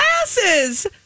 glasses